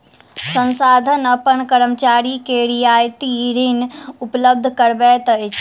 संस्थान अपन कर्मचारी के रियायती ऋण उपलब्ध करबैत अछि